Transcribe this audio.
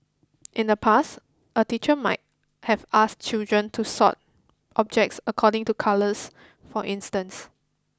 in the past a teacher might have asked children to sort objects according to colours for instance